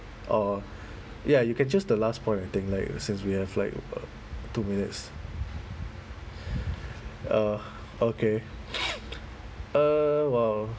oh ya you can choose the last prompt I think like since we have like uh two minutes uh okay uh !wow!